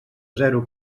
zero